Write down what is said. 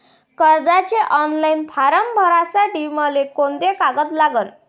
कर्जाचे online form भरासाठी मले कोंते कागद लागन?